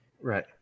Right